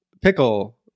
pickle